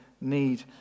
need